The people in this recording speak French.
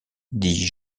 dit